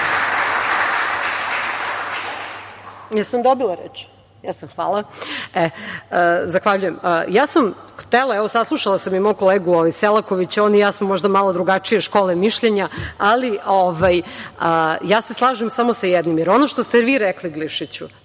Joksimović** Hvala. Saslušala sam i mog kolegu Selakovića, on i ja smo možda malo drugačije škole mišljenja, ali ja se slažem samo sa jednim. Jer, ono što ste vi rekli, Glišiću,